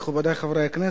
מכובדי חברי הכנסת,